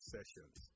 Sessions